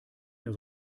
ihr